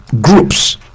groups